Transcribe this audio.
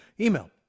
email